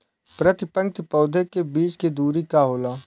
प्रति पंक्ति पौधे के बीच के दुरी का होला?